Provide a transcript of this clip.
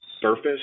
surface